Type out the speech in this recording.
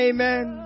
Amen